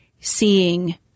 seeing